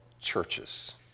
churches